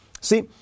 See